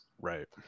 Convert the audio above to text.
right